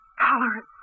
Tolerance